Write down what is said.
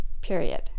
period